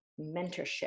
mentorship